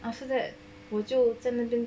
after that 我就在那边